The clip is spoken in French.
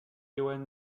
johann